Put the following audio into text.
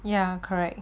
ya correct